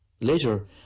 Later